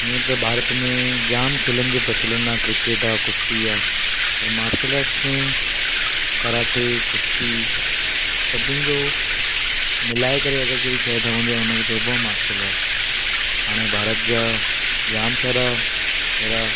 हीअं त भारत में जाम खेलनि जो प्रचलनि आहे क्रिकेट आहे कुश्ती आहे पर मार्शल आर्ट्स में कराटे कुश्ती सभिनि जो मिलाए करे अगरि कहिड़ी शइ ठहंदी आहे उनखे चइबो आहे मार्शल आर्ट्स हाणे भारत जा जाम सारा हेड़ा